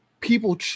people